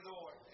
Lord